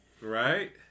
Right